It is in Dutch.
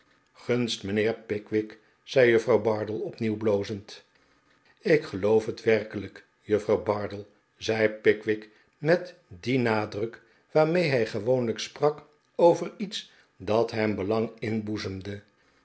gunst mijnheer pickwick zei juffrouw bardell opnieuw blozend ik geloof het werkelijk juffrouw bardell zei pickwick met dien nadruk waarmee hij gewoonlijk sprak over iets dat hem belang inboezemde